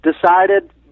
decided